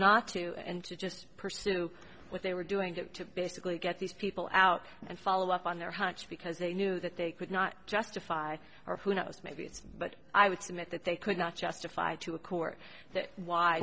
not to and to just pursue what they were doing to basically get these people out and follow up on their hunch because they knew that they could not justify or who knows maybe it's but i would submit that they could not justify to a court that why